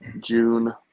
June